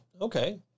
okay